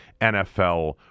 NFL